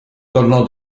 tornò